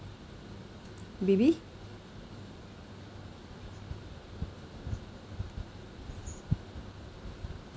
baby